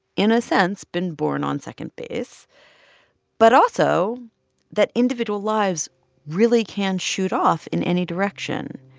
in a sense, been born on second base but also that individual lives really can shoot off in any direction.